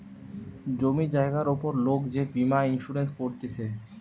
জমি জায়গার উপর লোক যে বীমা ইন্সুরেন্স করতিছে